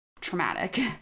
traumatic